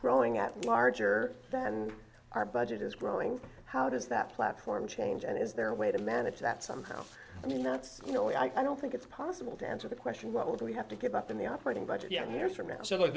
growing at larger than our budget is growing how does that platform change and is there a way to manage that somehow i mean that's you know i don't think it's possible to answer the question what we have to give up in the operating budget yet years from now